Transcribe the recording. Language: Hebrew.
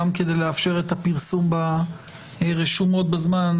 גם כדי לאפשר את הפרסום ברשומות בזמן,